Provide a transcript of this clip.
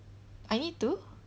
I need to